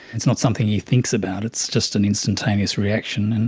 it's not something he thinks about, it's just an instantaneous reaction, and